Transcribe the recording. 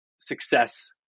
success